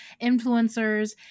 influencers